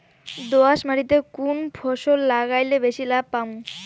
দোয়াস মাটিতে কুন ফসল লাগাইলে বেশি লাভ পামু?